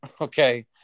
Okay